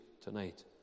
tonight